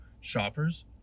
shoppers